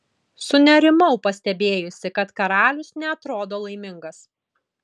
sunerimau pastebėjusi kad karalius neatrodo laimingas